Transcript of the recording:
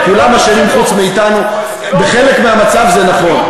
וכולם אשמים חוץ מאתנו, בחלק מהמצב זה נכון.